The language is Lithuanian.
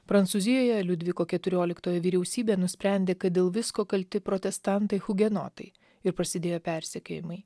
prancūzijoje liudviko keturioliktojo vyriausybė nusprendė kad dėl visko kalti protestantai hugenotai ir prasidėjo persekiojimai